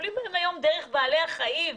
מטופלים בעזרת בעלי חיים.